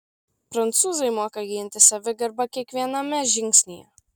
prancūzai moka ginti savigarbą kiekviename žingsnyje